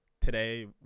today